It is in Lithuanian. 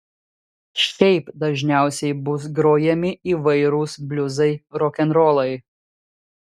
šiaip dažniausiai bus grojami įvairūs bliuzai rokenrolai